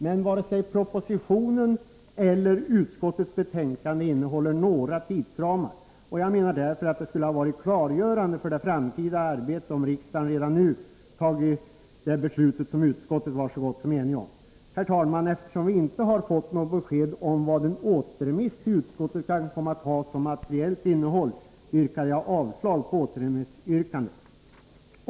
Men varken propositionen eller utskottets betänkande innehåller några tidsramar, och jag menar därför att det skulle ha varit klargörande för det framtida arbetet om riksdagen redan nu hade tagit det beslut som utskottet var så gott som enigt om. Herr talman! Eftersom vi inte har fått något besked om vad en återremiss till utskottet kan komma att ha som materielt innehåll, yrkar jag avslag på återremissyrkandet.